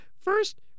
first